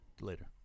Later